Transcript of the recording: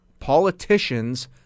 politicians